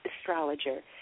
astrologer